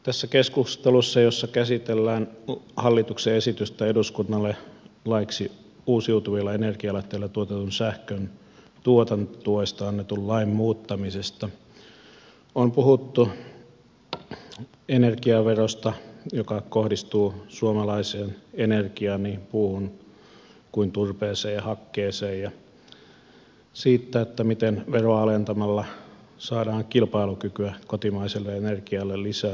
tässä keskustelussa jossa käsitellään hallituksen esitystä eduskunnalle laiksi uusiutuvilla energialähteillä tuotetun sähkön tuotantotuesta annetun lain muuttamisesta on puhuttu energiaverosta joka kohdistuu suomalaiseen energiaan niin puuhun kuin turpeeseen ja hakkeeseen ja siitä miten veroa alentamalla saadaan kilpailukykyä kotimaiselle energialle lisää